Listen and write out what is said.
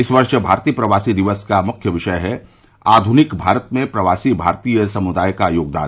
इस वर्ष भारतीय प्रवासी दिवस का मुख्य विषय है आधुनिक भारत में प्रवासी भारतीय समुदाय का योगदान